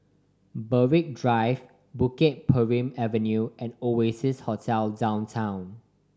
Berwick Drive Bukit Purmei Avenue and Oasia Hotel Downtown